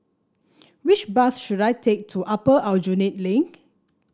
which bus should I take to Upper Aljunied Link